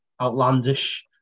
Outlandish